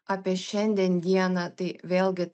apie šiandien dieną tai vėlgi